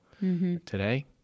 Today